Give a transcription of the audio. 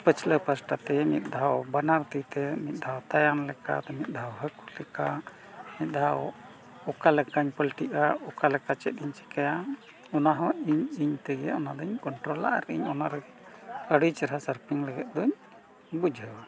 ᱯᱟᱹᱪᱞᱟᱹ ᱯᱟᱥᱴᱟ ᱛᱮ ᱢᱤᱫ ᱫᱷᱟᱣ ᱵᱟᱱᱟᱨ ᱛᱤ ᱛᱮ ᱢᱤᱫ ᱫᱷᱟᱣ ᱛᱟᱭᱚᱢ ᱞᱮᱠᱟᱛᱮ ᱢᱤᱫ ᱫᱷᱟᱣ ᱦᱟᱹᱠᱩ ᱞᱮᱠᱟ ᱢᱤᱫ ᱫᱷᱟᱣ ᱚᱠᱟ ᱞᱮᱠᱟᱧ ᱯᱚᱞᱴᱤᱜᱼᱟ ᱚᱠᱟ ᱞᱮᱠᱟ ᱪᱮᱫ ᱤᱧ ᱪᱤᱠᱟᱹᱭᱟ ᱚᱱᱟ ᱦᱚᱸ ᱤᱧ ᱤᱧ ᱛᱮᱜᱮ ᱚᱱᱟ ᱫᱚᱧ ᱠᱚᱱᱴᱨᱳᱞᱟ ᱟᱨ ᱤᱧ ᱚᱱᱟ ᱨᱮᱜᱮ ᱟᱹᱰᱤ ᱪᱮᱨᱦᱟ ᱥᱟᱨᱯᱷᱤᱝ ᱞᱟᱹᱜᱤᱫ ᱫᱚᱧ ᱵᱩᱡᱷᱟᱹᱣᱟ